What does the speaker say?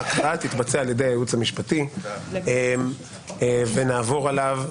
אבל ההקראה תתבצע על-ידי הייעוץ המשפטי ונעבור עליו.